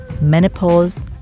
menopause